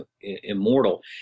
immortal